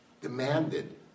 demanded